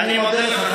אני מודה לך,